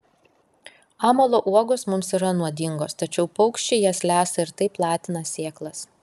amalo uogos mums yra nuodingos tačiau paukščiai jas lesa ir taip platina sėklas